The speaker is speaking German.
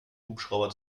hubschrauber